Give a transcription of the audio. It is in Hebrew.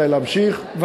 מתי להמשיך,